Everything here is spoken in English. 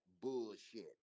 bullshit